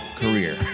career